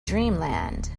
dreamland